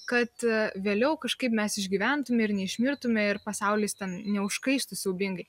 kad vėliau kažkaip mes išgyventume ir neišmirtume ir pasaulis ten neužkaistų siaubingai